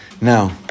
Now